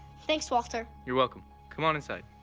thanks walter. you're welcome. come on inside.